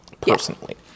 personally